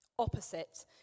Opposite